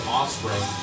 Offspring